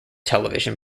television